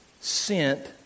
sent